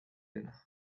dena